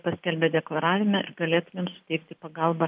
paskelbę deklaravime ir galėtumėm suteikti pagalbą